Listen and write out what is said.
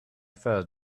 first